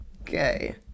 Okay